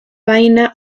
vaina